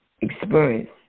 experience